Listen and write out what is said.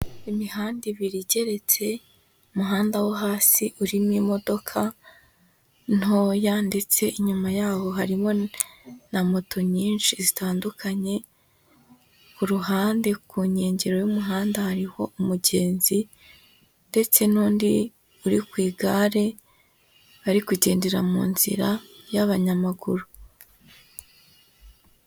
Imihanda ibiri igeretse, umuhanda wo hasi urimo imodoka ntoya nditse inyuma yaho harimo na moto nyinshi zitandukanye, ku ruhande ku nkengero y'umuhanda hariho umugenzi ndetse n'undi uri ku igare ari kugendera mu nzira y'abanyamaguru.